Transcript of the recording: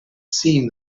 seen